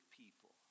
people